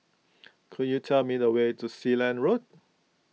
could you tell me the way to Sealand Road